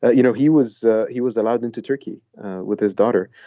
ah you know, he was he was allowed into turkey with his daughter.